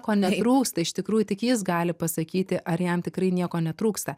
ko netrūksta iš tikrųjų tik jis gali pasakyti ar jam tikrai nieko netrūksta